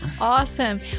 Awesome